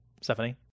stephanie